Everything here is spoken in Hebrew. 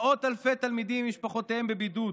מאות אלפי תלמידים עם משפחותיהם בבידוד.